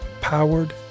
Powered